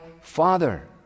Father